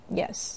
yes